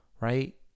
right